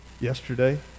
yesterday